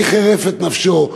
מי חירף את נפשו,